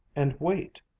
and wait,